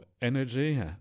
energy